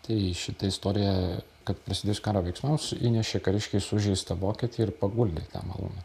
tai šita istorija kad prasidėjus karo veiksmams įnešė kariškiai sužeistą vokietį ir paguldė į tą malūną